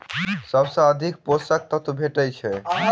सबसँ अधिक पोसक तत्व भेटय छै?